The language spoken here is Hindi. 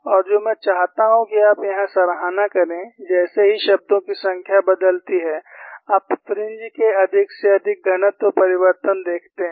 और जो मैं चाहता हूं कि आप यहां सराहना करें जैसे ही शब्दों की संख्या बदलती है आप फ्रिंज के अधिक से अधिक घनत्व परिवर्तन देखते हैं